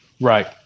Right